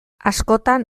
askotan